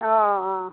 অঁ অঁ অঁ